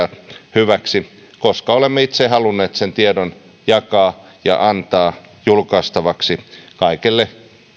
hyväksi koska olemme itse halunneet sen tiedon jakaa ja antaa julkaistavaksi kaikelle